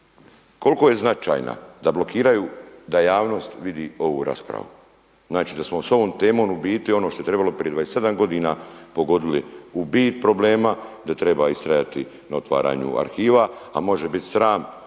Koliko je značajna da blokiraju da javnost vidi ovu raspravu, znači da smo s ovom temom u biti ono što je trebalo prije 27 godina pogodili u bit problema, da treba istrajati na otvaranju arhiva. A može biti sram